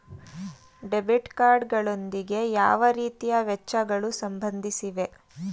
Debit card ಗಳೊಂದಿಗೆ ಯಾವ ರೀತಿಯ ವೆಚ್ಚಗಳು ಸಂಬಂಧಿಸಿವೆ?